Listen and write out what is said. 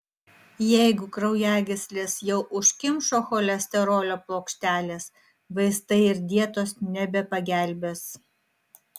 jeigu kraujagysles jau užkimšo cholesterolio plokštelės vaistai ir dietos nebepagelbės